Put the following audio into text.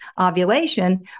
ovulation